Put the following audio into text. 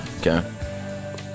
Okay